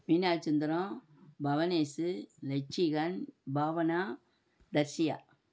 மீனாட்சி சுந்தரம் பவனேஸு நெச்சிகன் பாவனா ரஷியா